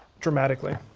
dramatically.